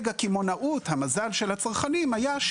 לגבי מגה קמעונאות המזל של הצרכנים היה,